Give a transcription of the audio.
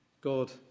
God